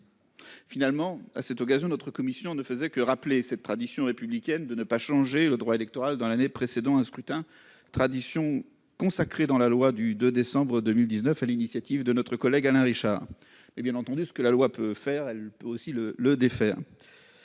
Finalement, elle ne faisait que rappeler la tradition républicaine de ne pas changer le droit électoral dans l'année précédant un scrutin, tradition consacrée dans la loi du 2 décembre 2019, sur l'initiative d'Alain Richard. Bien entendu, ce que la loi peut faire, elle peut aussi le défaire.